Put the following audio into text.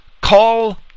call